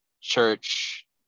church